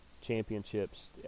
championships